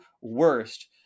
worst